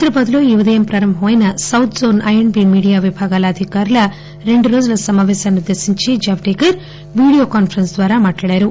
హైదరాబాద్ లో ఈ ఉదయం ప్రారంభమైన south zone I and B media విభాగాల అధికారుల రెండు రోజుల సమాపేశాన్సు ద్దేశించి జవదేకర్ వీడియో కాన్వరెన్స్ ద్వారా మాట్లాడారు